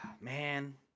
man